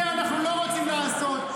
את זה אנחנו לא רוצים לעשות.